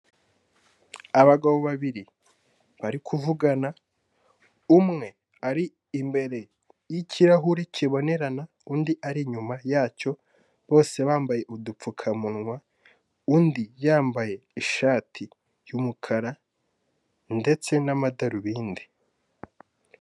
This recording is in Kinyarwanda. Abagabo babiri, bari kuvugana, umwe ari imbere y'ikirahuri kibonerana, undi ari inyuma yacyo, bose bambaye udupfukamunwa, undi yambaye ishati y'umukara, ndetse n'amadarubindi.